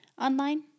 online